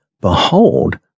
Behold